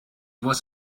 was